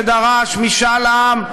שדרש משאל עם,